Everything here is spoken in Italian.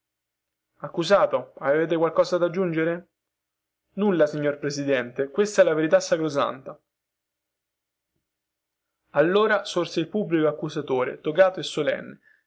deposizione del testimonio nulla signor presidente questa è la verità allora sorse il pubblico accusatore togato e solenne